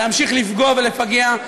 להמשיך לפגוע ולפגע.